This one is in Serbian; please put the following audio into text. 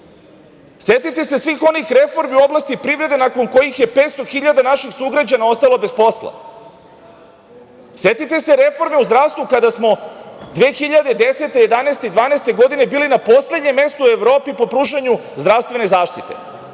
se svih onih reformi u oblasti privrede nakon kojih je 500 hiljada naših sugrađana ostalo bez posla. Setite se reforme u zdravstvu kada smo 2010, 2011. i 2012. godine bili na poslednjem mestu u Evropi po pružanju zdravstvene zaštite.